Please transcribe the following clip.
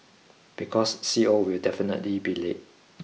because C O will definitely be late